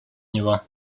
него